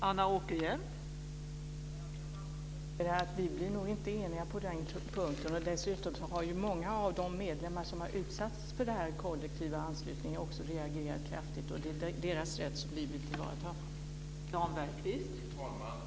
Fru talman! Jag kan bara konstatera att vi nog inte blir eniga på den punkten. Dessutom har många av de medlemmar som har utsatts för denna kollektiva anslutning också reagerat kraftigt, och det är deras rätt som vi vill tillvarata.